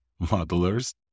modelers